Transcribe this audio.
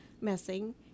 messing